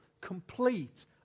complete